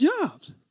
jobs